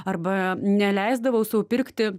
arba neleisdavau sau pirkti